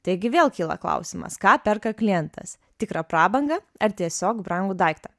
taigi vėl kyla klausimas ką perka klientas tikrą prabangą ar tiesiog brangų daiktą